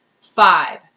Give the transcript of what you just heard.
Five